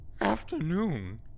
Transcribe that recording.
Afternoon